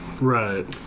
Right